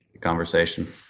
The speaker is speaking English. conversation